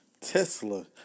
Tesla